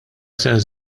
sens